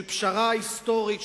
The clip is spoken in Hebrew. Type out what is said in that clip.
של פשרה היסטורית,